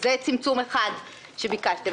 זה צמצום אחד שביקשתם.